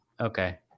Okay